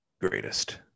greatest